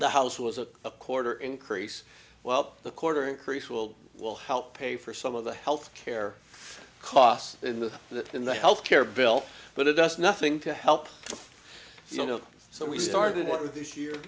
the house was a a quarter increase well the quarter increase will will help pay for some of the health care costs in the that in the health care bill but it does nothing to help you know so we started what with this year